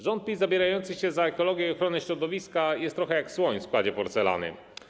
Rząd PiS zabierający się za ekologię i ochronę środowiska jest trochę jak słoń w składzie porcelany.